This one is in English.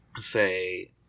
Say